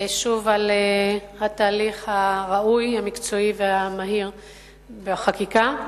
על התהליך הראוי, המקצועי והמהיר בחקיקה.